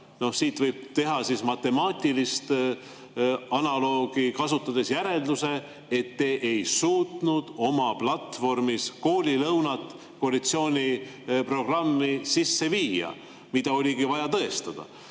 Siit võib teha matemaatilist analoogi kasutades järelduse, et te ei suutnud oma platvormis [olevat] koolilõunat koalitsiooniprogrammi sisse viia. Seda oligi vaja tõestada.